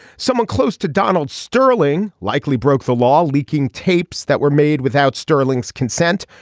someone close to donald sterling likely broke the law leaking tapes that were made without sterling's consent.